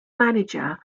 manager